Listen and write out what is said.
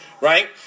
right